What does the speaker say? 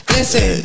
Listen